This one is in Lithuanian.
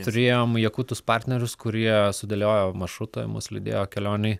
turėjom jakutus partnerius kurie sudėliojo maršrutą mus lydėjo kelionėj